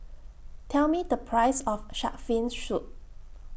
Tell Me The Price of Shark's Fin Soup